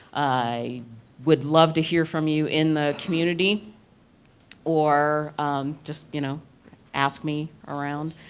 i would love to hear from you in the community or a just you know ask me around.